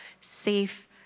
safe